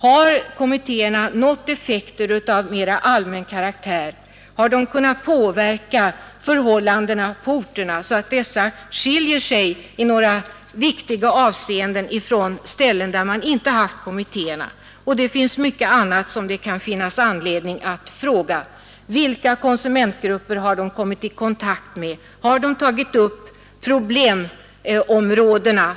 Har kommittéerna nått effekter av mera allmän karaktär? Har de kunnat påverka förhållandena på orten så att dessa i några viktiga avseenden skiljer sig från förhållandena på orter där man inte haft kommittéer? Vilka konsumentgrupper har kommittéerna kommit i kontakt med? Har de tagit upp problemområdena?